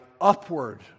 upward